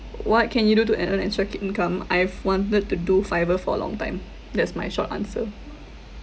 what can you do to an~ earn extra ci~ income I've wanted to do fibre for a long time that's my short answer